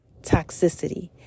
toxicity